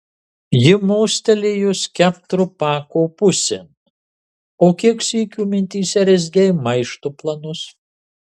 ji mostelėjo skeptru pako pusėn o kiek sykių mintyse rezgei maišto planus